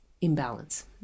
imbalance